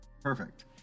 Perfect